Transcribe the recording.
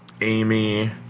Amy